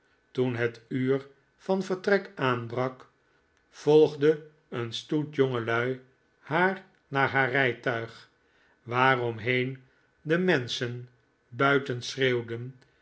toen het uur van vertrek aanbrak volgde een stoet jongelui haar naar haar rijtuig waar omheen de menschen buiten schreeuwden